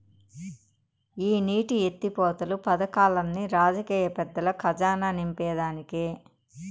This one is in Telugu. ఈ నీటి ఎత్తిపోతలు పదకాల్లన్ని రాజకీయ పెద్దల కజానా నింపేదానికే